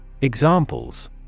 Examples